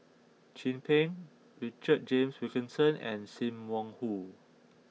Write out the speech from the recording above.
Chin Peng Richard James Wilkinson and Sim Wong Hoo